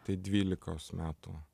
tai dvylikos metų